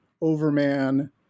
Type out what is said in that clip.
overman